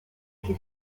che